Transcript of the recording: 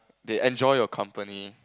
they enjoy your company